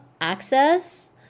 access